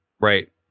Right